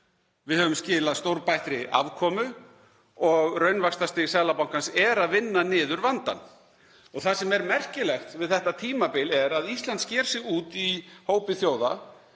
Við höfum skilað stórbættri afkomu og raunvaxtastig Seðlabankans er að vinna niður vandann. Það sem er merkilegt við þetta tímabil er að Ísland sker sig úr í hópi þjóða